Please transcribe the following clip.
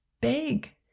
big